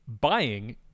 buying